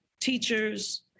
teachers